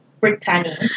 Brittany